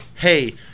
hey